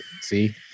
see